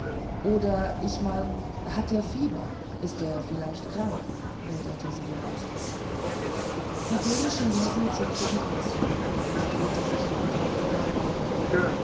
oder ich meine hat er fieber ist er vielleicht krank milderte sie den ausdruck die böhmische liesel zuckte die achseln und drehte sich langsam zu der fragerin